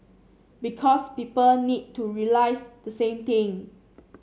because people need to realise the same thing